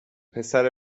پسر